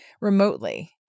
remotely